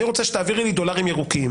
אני רוצה שתעבירי לי דולרים ירוקים